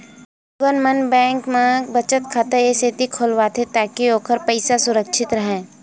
लोगन मन बेंक म बचत खाता ए सेती खोलवाथे ताकि ओखर पइसा सुरक्छित राहय